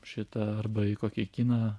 šitą arba į kokį kiną